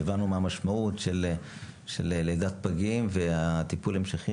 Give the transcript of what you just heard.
והבנו מה המשמעות של לידת פגים והטיפול ההמשכי,